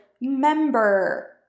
member